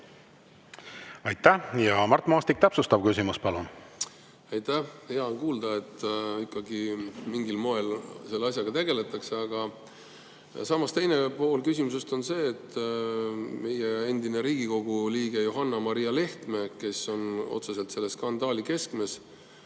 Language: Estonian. Aitäh! Mart Maastik, täpsustav küsimus, palun! Aitäh! Hea on kuulda, et mingil moel selle asjaga tegeletakse. Teine pool küsimusest [puudutab] meie endist Riigikogu liiget Johanna-Maria Lehtmet, kes on otseselt selle skandaali keskmes.